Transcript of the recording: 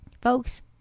Folks